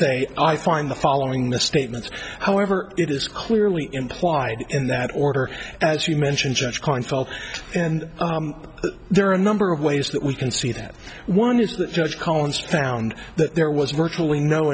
say i find the following the statement however it is clearly implied in that order as you mentioned judge john felt and there are a number of ways that we can see that one is the judge collins found that there was virtually no